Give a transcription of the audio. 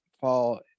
fall